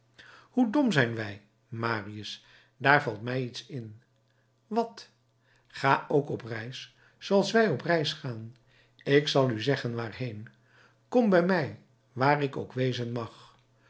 hoe dom zijn wij marius daar valt mij iets in wat ga ook op reis zooals wij op reis gaan ik zal u zeggen waarheen kom bij mij waar ik ook wezen mag